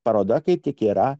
paroda kai tik yra